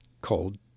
called